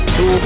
Two